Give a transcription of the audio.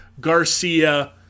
Garcia